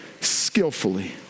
skillfully